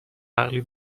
عقلی